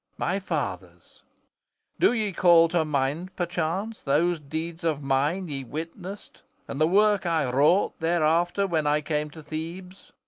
my father's do ye call to mind perchance those deeds of mine ye witnessed and the work i wrought thereafter when i came to thebes?